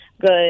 good